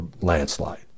landslide